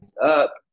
up